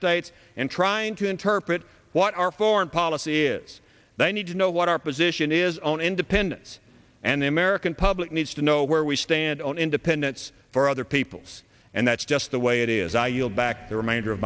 states and trying to interpret what our foreign policy is they need to know what our position is own independence and the american public needs to know where we stand on independence for other peoples and that's just the way it is i yield back the remainder of